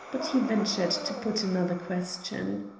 but he ventured to put another question.